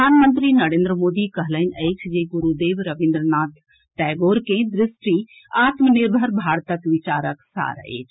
प्रधानमंत्री नरेन्द्र मोदी कहलनि अछि जे गुरूदेव रविन्द्र नाथ टैगोर के दृष्टि आत्मनिर्भर भारतक विचारक सार अछि